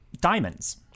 Diamonds